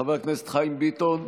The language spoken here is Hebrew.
חבר הכנסת חיים ביטון,